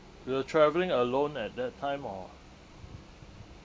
you were travelling alone at that time or